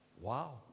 Wow